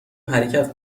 حرکت